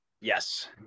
yes